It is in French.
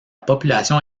population